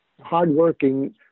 hardworking